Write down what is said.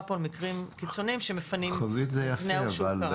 כאן על מקרים קיצונים שמפנים מבנה שקרס.